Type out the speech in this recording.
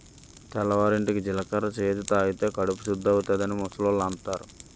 తెల్లవారింటికి జీలకర్ర చేదు తాగితే కడుపు సుద్దవుతాదని ముసలోళ్ళు అంతారు